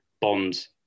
Bond